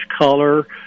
color